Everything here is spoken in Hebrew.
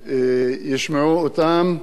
והמטרה היא לא ביקורת.